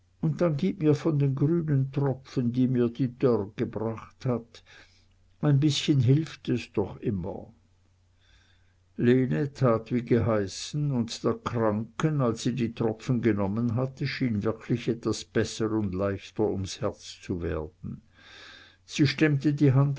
und dann gib mir von den grünen tropfen die mir die dörr gebracht hat ein bißchen hilft es doch immer lene tat wie geheißen und der kranken als sie die tropfen genommen hatte schien wirklich etwas besser und leichter ums herz zu werden sie stemmte die hand